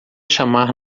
chamar